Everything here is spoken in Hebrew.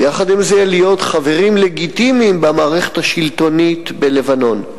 ויחד עם זה להיות חברים לגיטימיים במערכת השלטונית בלבנון.